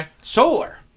solar